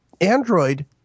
Android